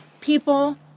people